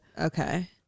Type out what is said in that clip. okay